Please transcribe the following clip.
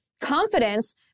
confidence